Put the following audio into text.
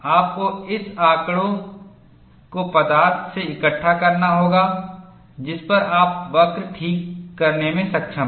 आपको उस आंकड़े को उस पदार्थ से इकट्ठा करना होगा जिस पर आप वक्र ठीक करने में सक्षम हैं